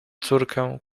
córkę